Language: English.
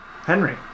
Henry